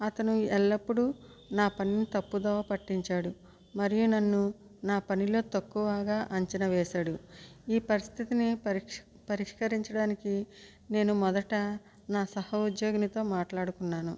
అతను ఎల్లప్పుడూ నా పనిని తప్పు దోవ పట్టించాడు మరియు నన్ను నా పనిలో తక్కువగా అంచనా వేసాడు ఈ పరిస్థితిని పరిక్ష పరిష్కరించడానికి నేను మొదట నా సహ ఉద్యోగినితో మాట్లాడుకున్నాను